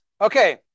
okay